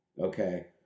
Okay